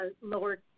lower